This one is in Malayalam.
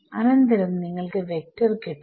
അനന്തരം നിങ്ങൾക്ക് വെക്ടർ കിട്ടും